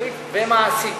חינוכית ומעשית.